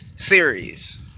Series